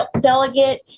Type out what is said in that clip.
delegate